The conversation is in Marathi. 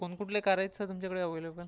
कोणकुठली कार आहेत सर तुमच्याकडे अव्हेलेबल